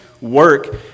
work